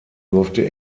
durfte